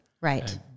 Right